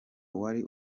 wari